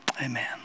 amen